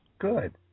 Good